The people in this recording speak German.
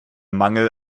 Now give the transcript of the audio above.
mangel